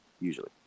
usually